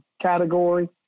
category